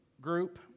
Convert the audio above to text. group